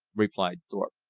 replied thorpe.